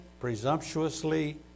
presumptuously